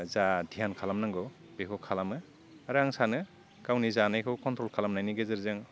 जा धियान खालामनांगौ बेखौ खालामो आरो आं सानो गावनि जानायखौ खन्थ्रल खालामनायनि गेजेरजों